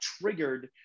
triggered